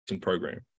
program